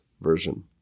version